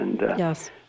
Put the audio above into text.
Yes